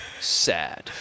sad